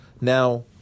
now